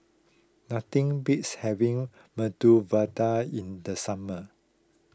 nothing beats having Medu Vada in the summer